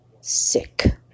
sick